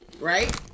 right